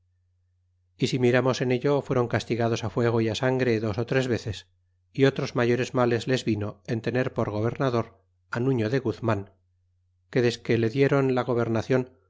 y si mirarnos en ello fueron castigados fuego y sangre dos ó tres veces y otros mayores males les vino en tener por gobernador á nuiío de guzman que desque le dieron la gobernacion